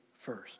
first